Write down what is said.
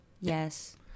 Yes